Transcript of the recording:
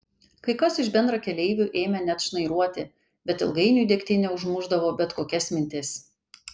kai kas iš bendrakeleivių ėmė net šnairuoti bet ilgainiui degtinė užmušdavo bet kokias mintis